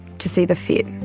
to see the fit.